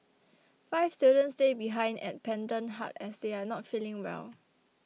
five students stay behind at Pendant Hut as they are not feeling well